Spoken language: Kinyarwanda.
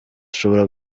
ushobora